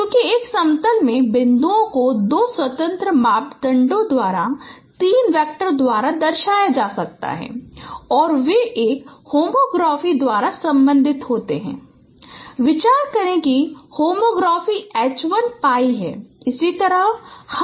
क्योंकि एक समतल में बिंदुओं को दो स्वतंत्र मापदंडों द्वारा तीन वेक्टर द्वारा दर्शाया जा सकता है और वे एक होमोग्राफी द्वारा संबंधित होते हैं विचार करें कि होमोग्राफी H 1 pi है